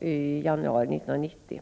i januari 1990.